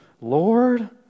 Lord